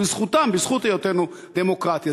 בזכותם, בזכות היותנו דמוקרטיה.